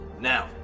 Now